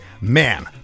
man